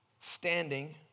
standing